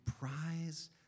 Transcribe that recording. prize